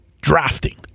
Drafting